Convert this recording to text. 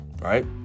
right